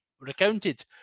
recounted